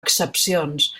excepcions